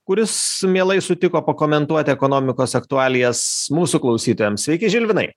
kuris mielai sutiko pakomentuoti ekonomikos aktualijas mūsų klausytojams sveiki žilvinai